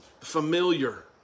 familiar